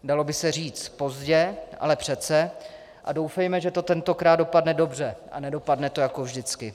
Dalo by se říct pozdě, ale přece, a doufejme, že to tentokrát dopadne dobře a nedopadne to jako vždycky.